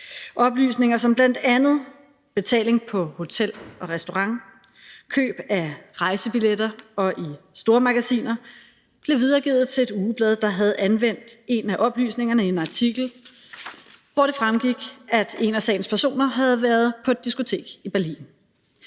Oplysninger om bl.a. betaling på hotel og restauration, køb af rejsebilletter og køb i stormagasiner blev videregivet til et ugeblad, der havde anvendt en af oplysningerne i en artikel, hvoraf det fremgik, at en af sagens personer havde været på et diskotek i Berlin.